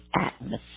atmosphere